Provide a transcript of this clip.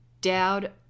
Dowd